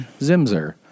Zimzer